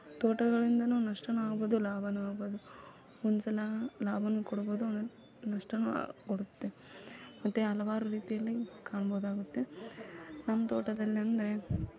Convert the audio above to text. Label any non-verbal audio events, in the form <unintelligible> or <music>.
ತೋಟಗಳಿಂದಲೂ ನಷ್ಟವೂ ಆಗ್ಬೋದು ಲಾಭವೂ ಆಗ್ಬೋದು ಒಂದ್ಸಲ ಲಾಭವೂ ಕೊಡ್ಬೋದು <unintelligible> ನಷ್ಟವೂ ಕೊಡುತ್ತೆ ಮತ್ತು ಹಲವಾರು ರೀತಿಯಲ್ಲಿ ಕಾಣ್ಬೋದಾಗುತ್ತೆ ನಮ್ಮ ತೋಟದಲ್ಲಂದ್ರೆ